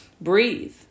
Breathe